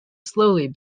slowly